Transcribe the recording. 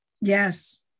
Yes